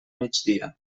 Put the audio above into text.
migdia